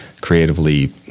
creatively